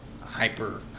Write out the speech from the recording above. hyper